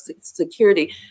security